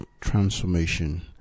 transformation